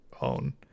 own